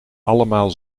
allemaal